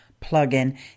plugin